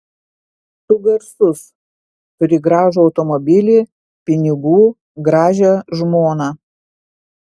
tu garsus turi gražų automobilį pinigų gražią žmoną